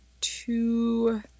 two